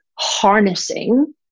harnessing